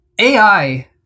AI